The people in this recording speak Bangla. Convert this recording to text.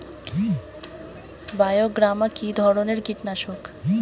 বায়োগ্রামা কিধরনের কীটনাশক?